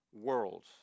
world